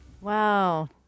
Wow